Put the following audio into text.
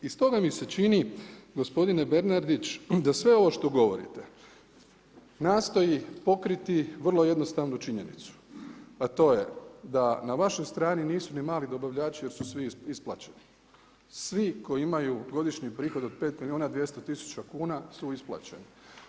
I stoga mi se čini gospodine Bernardić da sve ovo što govorite nastoji pokriti vrlo jednostavnu činjenicu a to je da na vašoj strani nisu ni mali dobavljači jer su svi isplaćeni, svi koji imaju godišnji prihod od 5 milijuna 200 tisuća kuna su isplaćeni.